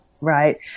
right